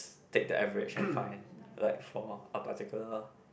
take the average and find like for a particular